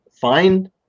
find